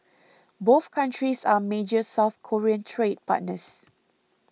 both countries are major South Korean trade partners